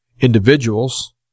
individuals